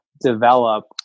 develop